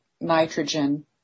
nitrogen